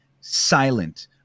silent